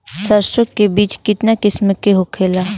सरसो के बिज कितना किस्म के होखे ला?